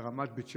ברמת בית שמש.